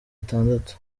itandatu